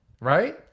right